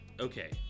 okay